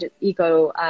eco